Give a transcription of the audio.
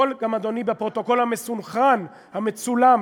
הכול גם בפרוטוקול המסונכרן, המצולם,